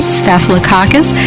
staphylococcus